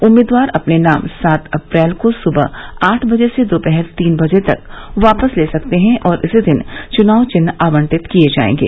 उम्मीदवार अपने नाम सात अप्रैल को सुबह आठ बजे से दोपहर तीन बजे तक वापस ले सकते हैं और इसी दिन चुनाव चिन्ह आवंटित किये जायेंगे